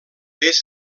des